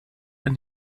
ein